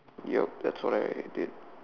yup that's all I did